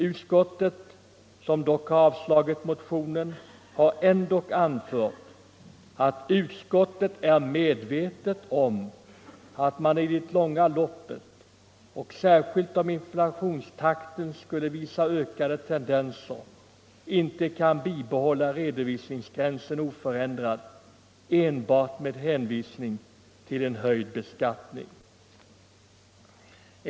Utskottet, som dock har avslagit motionen, har ändock anfört att utskottet är medvetet om att man i det långa loppet, och särskilt om in MNationstakten skulle visa ökade tendenser, inte kan bibehålla redovisningsgränsen oförändrad enbart med hänvisning till en höjd beskattning.